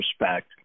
respect